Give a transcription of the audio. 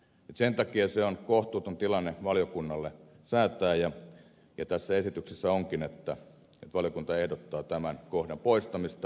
sen takia se on kohtuuton tilanne valiokunnalle säätää tästä ja esityksessä onkin että valiokunta ehdottaa tämän kohdan poistamista